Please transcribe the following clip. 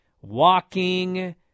Walking